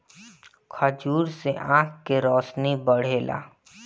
खजूर से आँख के रौशनी बढ़ेला